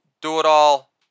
do-it-all